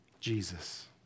Jesus